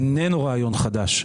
איננו רעיון חדש.